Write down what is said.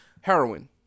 heroin